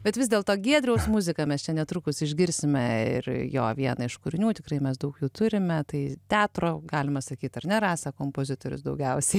bet vis dėlto giedriaus muziką mes čia netrukus išgirsime ir jo vieną iš kūrinių tikrai mes daug jų turime tai teatro galima sakyt ar ne rasa kompozitorius daugiausiai